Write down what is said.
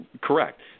Correct